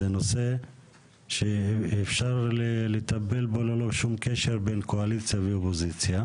זה נושא שאפשר לטפל בו ללא שום קשר לקואליציה ואופוזיציה.